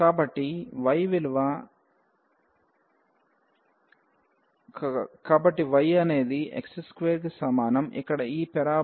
కాబట్టి y అనేది x2 కి సమానం ఇక్కడ ఈ పరబోలా